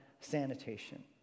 sanitation